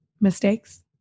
mistakes